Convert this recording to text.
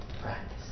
practice